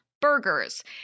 burgers